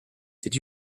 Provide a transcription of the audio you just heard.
did